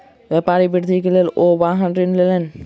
व्यापार वृद्धि के लेल ओ वाहन ऋण लेलैन